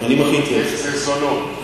זה זונות.